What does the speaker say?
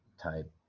type